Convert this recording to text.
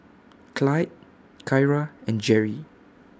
Clydie Kyra and Jerry